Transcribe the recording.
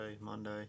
monday